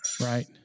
Right